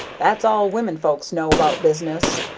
that's all women-folks know about business!